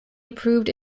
approved